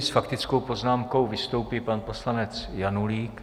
S faktickou poznámkou vystoupí pan poslanec Janulík.